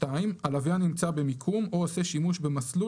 הלווין נמצא במיקום או עושה שימוש במסלול,